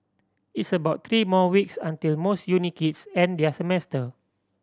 it's about three more weeks until most uni kids end their semester